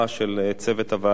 של צוות הוועדה: